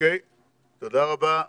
תודה רבה.